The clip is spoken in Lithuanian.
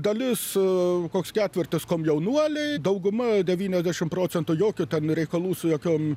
dalis koks ketvirtis komjaunuoliai dauguma devyniasdešimt procentų jokių ten reikalų su jokiom